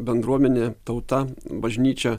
bendruomenė tauta bažnyčia